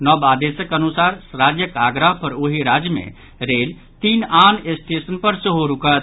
नव आदेशक अनुसार राज्यक आग्रह पर ओहि राज्य मे रेल तीन आन स्टेशन पर सेहो रूकत